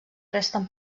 resten